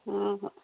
ହଁ ହଁ